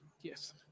Yes